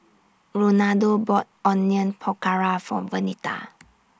Ronaldo bought Onion Pakora For Vernita